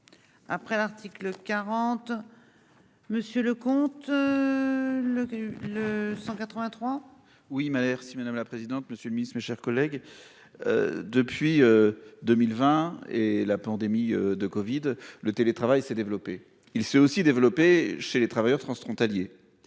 Après l'article 40. Monsieur le comte. Le qui a eu le 183. Oui il m'a l'air si madame la présidente. Monsieur le Ministre, mes chers collègues. Depuis 2020 et la pandémie de Covid, le télétravail s'est développée. Il s'est aussi développée chez les travailleurs transfrontaliers.